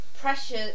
pressure